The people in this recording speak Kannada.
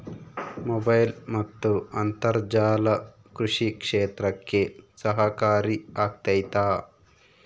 ಮೊಬೈಲ್ ಮತ್ತು ಅಂತರ್ಜಾಲ ಕೃಷಿ ಕ್ಷೇತ್ರಕ್ಕೆ ಸಹಕಾರಿ ಆಗ್ತೈತಾ?